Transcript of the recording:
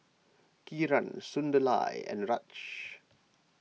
Kiran Sunderlal and Raj